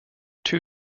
too